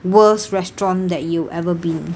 worst restaurant that you ever been